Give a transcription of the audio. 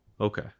Okay